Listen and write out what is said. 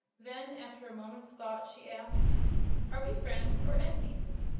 then, after a moment's thought, she asked are we friends or enemies?